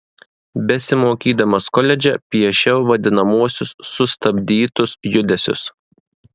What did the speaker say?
besimokydamas koledže piešiau vadinamuosius sustabdytus judesius